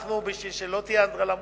כדי שלא תהיה אנדרלמוסיה,